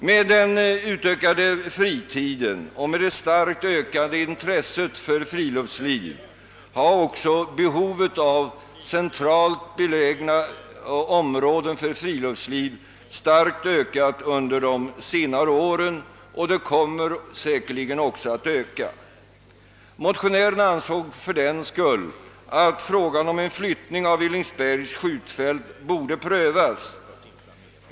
Med den ökade fritiden och det starkt ökade intresset för friluftsliv har också behovet av centralt belägna områden för friluftsliv blivit större under de senare åren och kommer säkerligen att öka ytterligare. Motionärerna ansåg fördenskull att frågan om en flyttning av Villingsbergs skjutfält borde prövas.